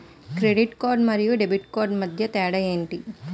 Credit card మరియు debit card మధ్య తేడా ఎంటి?